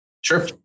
Sure